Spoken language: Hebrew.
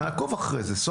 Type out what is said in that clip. ואנחנו נעקוב אחרי זה.